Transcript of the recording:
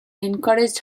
encouraged